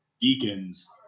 Deacons